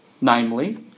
Namely